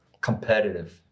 competitive